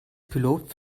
pilot